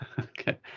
Okay